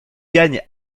gagne